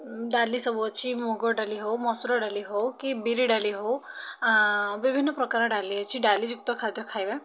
ଡାଲି ସବୁ ଅଛି ମୁଗ ଡାଲି ହଉ ମସୁର ଡାଲି ହଉ କି ବିରି ଡାଲି ହଉ ବିଭିନ୍ନ ପ୍ରକାର ଡାଲି ଅଛି ଡାଲି ଯୁକ୍ତ ଖାଦ୍ୟ ଖାଇବା